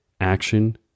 action